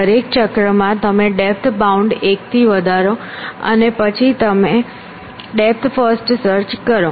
દરેક ચક્રમાં તમે ડેપ્થ બાઉન્ડ એક થી વધારો અને પછી ડેપ્થ ફર્સ્ટ સર્ચ કરો